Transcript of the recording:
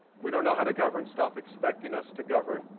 we don't know how to govern. stop expecting us to govern.